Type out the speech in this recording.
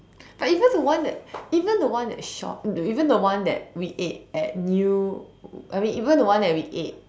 but even the one that even the one that shop even the one that we ate at new I mean even the one that we ate